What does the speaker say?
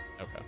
Okay